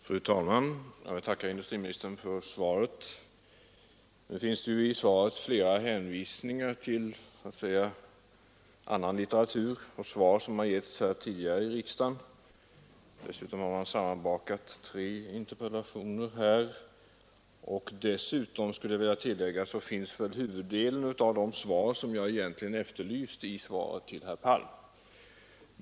Fru talman! Jag vill tacka industriministern för svaret. Det finns i svaret flera hänvisningar till svar som har givits tidigare i riksdagen: man har sammanbakat tre interpellationer och dessutom, skulle jag vilja tillägga, finns huvuddelen av det jag egentligen efterlyste i svaret till herr Palm.